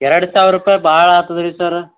ಎರಡು ಸಾವಿರ ರೂಪಾಯಿ ಭಾಳ ಆಗ್ತದ್ ರೀ ಸರ್ರ